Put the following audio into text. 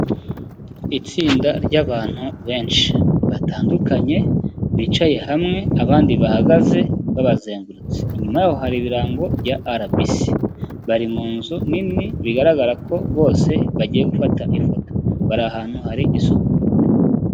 Itsinda ry'abantu benshi batandukanye bicaye hamwe abandi bahagaze babazengurutse, inyuma yabo hari ibirango bya rbc. Bari munzu nini bigaragara ko bose bagiye gufata ifoto, bari ahantu hari isuku.